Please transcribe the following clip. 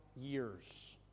years